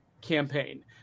campaign